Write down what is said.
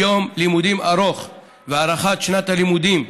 יום לימודים ארוך והארכת שנת הלימודים,